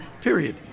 Period